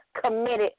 committed